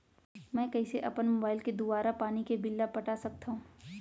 मैं कइसे अपन मोबाइल के दुवारा पानी के बिल ल पटा सकथव?